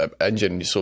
engine